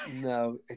No